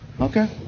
Okay